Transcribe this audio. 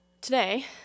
today